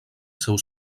seu